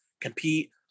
compete